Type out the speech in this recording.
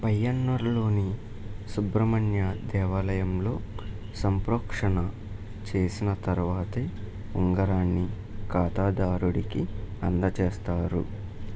పయ్యన్నూరులోని సుబ్రమణ్య దేవాలయంలో సంప్రోక్షణ చేసిన తర్వాతే ఉంగరాన్ని ఖాతాదారుడికి అందజేస్తారు